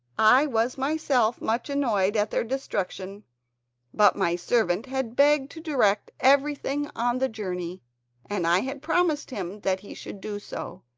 i was myself much annoyed at their destruction but my servant had begged to direct everything on the journey and i had promised him that he should do so.